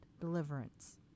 deliverance